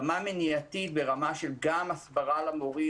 רמה מניעתית גם ברמת הסברה למורים